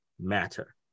matter